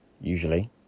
usually